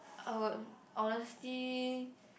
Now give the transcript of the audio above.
I would honesty